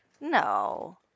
no